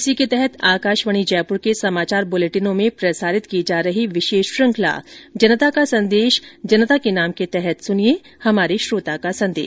इसी के तहत आकाशवाणी जयपुर के समाचार बुलेटिनों में प्रसारित की जा रही विशेष श्रुखंला जनता का संदेश जनता के नाम के तहत सुनिये हमारे श्रोता का संदेश